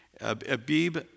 Abib